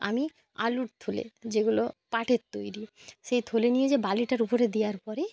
আমি আলুর থলে যেগুলো পাটের তৈরি সেই থলে নিয়ে যে বালিটার উপরে দেওয়ার পরই